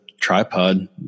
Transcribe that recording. tripod